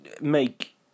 make